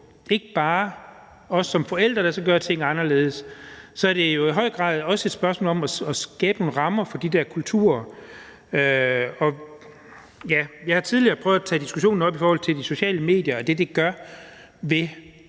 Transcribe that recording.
ikke bare er os som forældre, der skal gøre tingene anderledes, så er det i høj grad også et spørgsmål om at skabe nogle rammer for de der kulturer. Jeg har tidligere prøvet at tage diskussionen op i forhold til de sociale medier og det, de gør ved